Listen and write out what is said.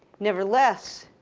nevertheless.